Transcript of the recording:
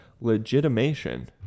legitimation